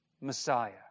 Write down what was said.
Messiah